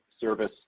Service